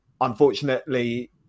unfortunately